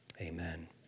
amen